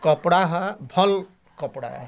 କପଡ଼ା ହେ ଭଲ୍ କପଡ଼ାଏ